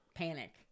Panic